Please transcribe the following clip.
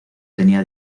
tenía